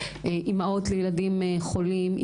אמהות לילדים חולים,